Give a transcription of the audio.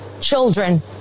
children